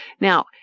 Now